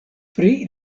pri